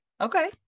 Okay